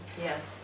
yes